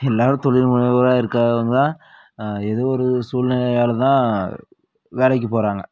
எல்லோரும் தொழில்முனைவோராக இருக்கிறவங்க தான் ஏதோ ஒரு சூழ்நிலையால தான் வேலைக்கு போகிறாங்க